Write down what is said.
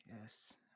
Yes